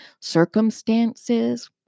circumstances